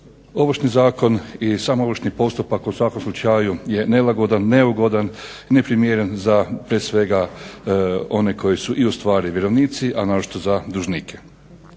Ovršni zakon i sam ovršni postupak u svakom slučaju je nelagodan, neugodan i neprimjeren za prije svega one koje su i ustvari vjerovnici, a naročito za dužnike.